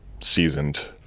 seasoned